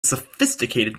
sophisticated